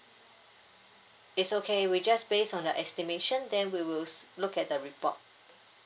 it's okay we just based on the estimation then we will s~ look at the report